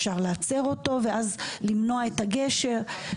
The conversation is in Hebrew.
אפשר להצר אותו ואז למנוע את הגשר.